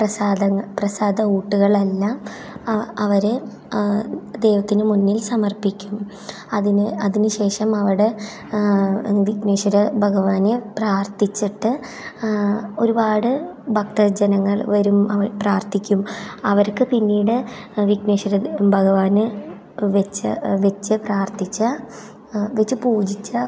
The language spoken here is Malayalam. പ്രസാദങ്ങ പ്രസാദഊട്ടുകളെല്ലാം അ അവർ ദൈവത്തിനുമുന്നിൽ സമർപ്പിക്കും അതിന് അതിനു ശേഷം അവിടെ വിഘ്നേശ്വര ഭഗവാന് പ്രാർത്ഥിച്ചിട്ട് ഒരുപാട് ഭക്തജനങ്ങൾ വരും അവർ പ്രാർത്ഥിക്കും അവർക്ക് പിന്നീട് വിഘ്നേശ്വര ഭഗവാന് വെച്ച വെച്ച പ്രാർത്ഥിച്ച വെച്ച് പൂജിച്ച